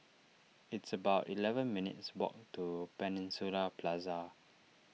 it's about eleven minutes' walk to Peninsula Plaza